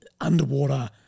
underwater